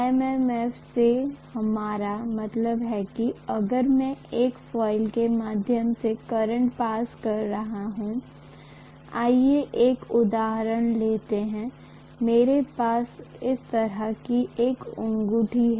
MMF से हमारा मतलब है की अगर मैं एक कॉइल के माध्यम से करंट पास कर रहा हूं आइए एक उदाहरण लेते हैं मेरे पास इस तरह की एक अंगूठी है